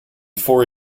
four